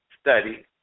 study